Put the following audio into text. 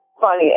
funny